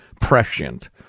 prescient